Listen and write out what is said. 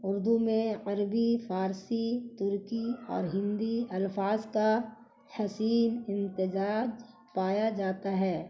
اردو میں عربی فارسی ترکی اور ہندی الفاظ کا حسین امتزاج پایا جاتا ہے